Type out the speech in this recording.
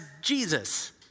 Jesus